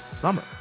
summer